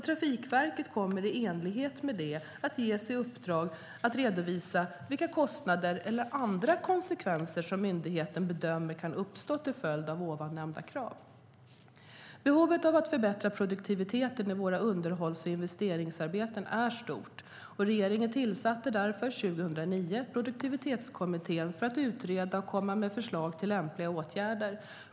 Trafikverket kommer i enlighet med det att ges i uppdrag att redovisa vilka kostnader eller andra konsekvenser som myndigheten bedömer kan uppstå till följd av nämnda krav. Behovet av att förbättra produktiviteten i våra underhålls och investeringsarbeten är stort. Regeringen tillsatte därför 2009 Produktivitetskommittén för att utreda och komma med förslag till lämpliga åtgärder.